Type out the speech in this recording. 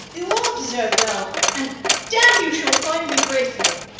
you all deserve well, and damme, you shall find me grateful.